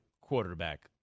quarterback